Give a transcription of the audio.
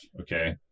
Okay